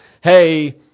hey